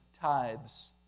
tithes